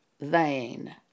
vain